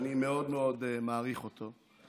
שאני מאוד מאוד מעריך אותו.